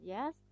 Yes